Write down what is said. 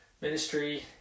ministry